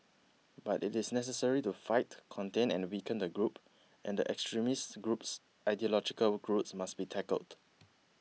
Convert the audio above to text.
but it is necessary to fight contain and weaken the group and the extremist group's ideological roots must be tackled